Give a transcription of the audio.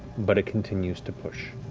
but it continues to push.